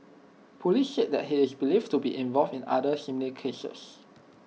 Police said that he is believed to be involved in other similar cases